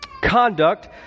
Conduct